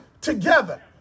together